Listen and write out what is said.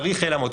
צריך לעמוד,